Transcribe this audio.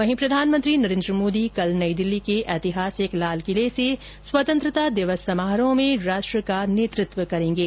वहीं प्रधानमंत्री नरेद्र मोदी कल नई दिल्ली के ऐतिहासिक लाल किले से स्वतंत्रता दिवस समारोह में राष्ट्र का नेतृत्व करेंगे